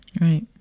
Right